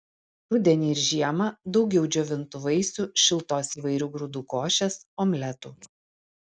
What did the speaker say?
rudenį ir žiemą daugiau džiovintų vaisių šiltos įvairių grūdų košės omletų